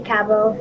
Cabo